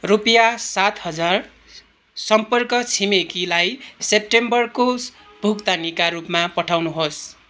रुपियाँ सात हजार सम्पर्क छिमेकीलाई सेप्टेम्बरको भुक्तानीका रूपमा पठाउनुहोस्